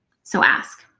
so ask.